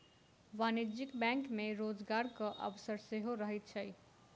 वाणिज्यिक बैंक मे रोजगारक अवसर सेहो रहैत छै